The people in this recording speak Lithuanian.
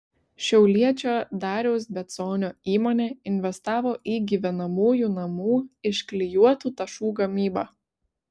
šiauliečio dariaus beconio įmonė investavo į gyvenamųjų namų iš klijuotų tašų gamybą